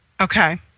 Okay